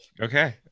Okay